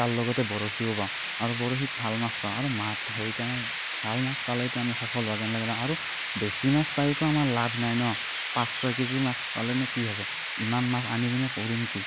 তাৰ লগতে বৰশীও বাওঁ আৰু বৰশিত ভাল মাছ পাওঁ আৰু মাছ সেইকাৰণে ভাল মাছ পালেতো আমি সফল হোৱা যেন লাগে আৰু বেছি মাছ পায়োতো আমাৰ লাভ নাই ন' পাঁচ ছয় কেজি মাছ পালেনো কি হ'ব ইমান মাছ আনি কিনে কৰিম কি